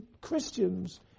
Christians